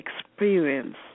experience